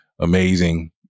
amazing